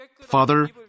Father